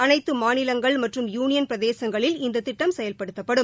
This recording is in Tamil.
அனைத்து மாநிலங்கள் மற்றும் யூனியள் பிரதேசங்களில் இந்த திட்டம் செயல்படுத்தப்படும்